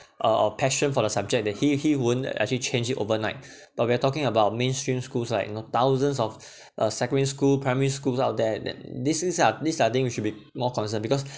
uh or passion for the subject that he he wouldn't actually change it overnight but we're talking about mainstream schools like you know thousands of uh secondary school primary schools out there that this is are these are thing that you should be more concerned because